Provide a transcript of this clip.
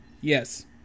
Yes